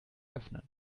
öffnen